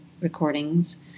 recordings